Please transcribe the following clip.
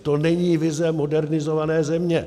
To není vize modernizované země.